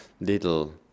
little